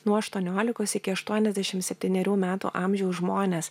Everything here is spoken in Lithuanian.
nuo aštuoniolikos iki aštuoniasdešim septynerių metų amžiaus žmonės